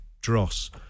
dross